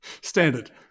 standard